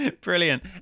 Brilliant